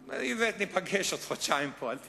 איווט, ניפגש עוד חודשיים פה, אל תדאג,